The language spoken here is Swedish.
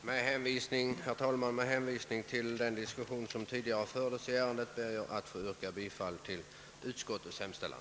Herr talman! Med hänvisning till den diskussion som tidigare fördes i ärendet ber jag att få yrka bifall till utskottets hemställan.